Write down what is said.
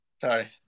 sorry